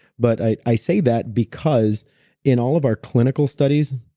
but i i say that because in all of our clinical studies,